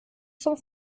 zum